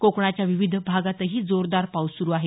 कोकणाच्या विविध भागातही जोरदार पाऊस सुरू आहे